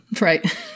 Right